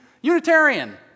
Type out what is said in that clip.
Unitarian